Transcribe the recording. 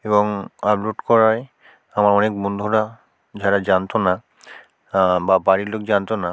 এবং আপলোড করায় আমার অনেক বন্ধুরা যারা জানতো না বা বাড়ির লোক জানতো না